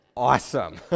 Awesome